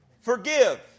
Forgive